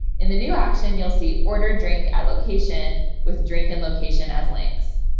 and the new action you'll see order drink at location with drink and location as links.